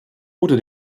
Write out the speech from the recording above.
oder